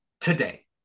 today